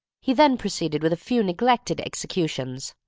he then proceeded with a few neglected executions.